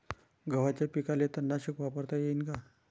गव्हाच्या पिकाले तननाशक वापरता येईन का?